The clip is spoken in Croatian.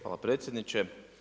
Hvala predsjedniče.